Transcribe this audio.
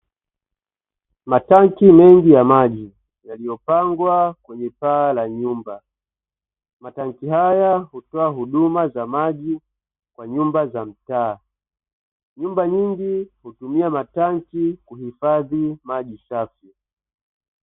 Matanki mengi ya maji yaliyopangwa kwenye paa ya nyumba, matanki haya hutoa huduma za maji kwa nyumba za mtaa, nyumba nyingi hutumia matanki kuhifadhi maji safi.